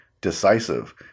Decisive